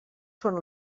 són